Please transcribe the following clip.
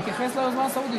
תתייחס ליוזמה הסעודית.